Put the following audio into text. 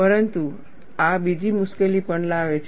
પરંતુ આ બીજી મુશ્કેલી પણ લાવે છે